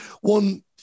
One